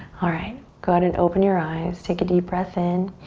alright, go ahead and open your eyes. take a deep breath in.